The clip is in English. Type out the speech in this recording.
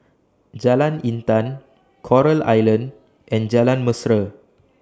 Jalan Intan Coral Island and Jalan Mesra